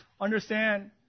understand